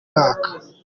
mwaka